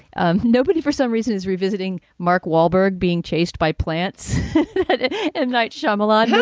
um nobody for some reason is revisiting. mark wahlberg being chased by plants m. night shyamalan, yeah